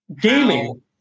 Gaming